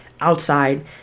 outside